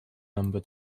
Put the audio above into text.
number